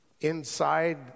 inside